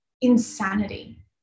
insanity